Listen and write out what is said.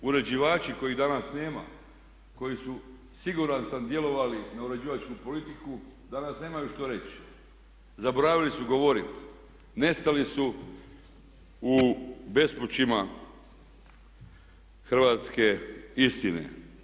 Ovi uređivači kojih danas nema, koji su siguran sam djelovali na uređivačku politiku danas nemaju što reći, zaboravili su govoriti, nestali su u bespućima hrvatske istine.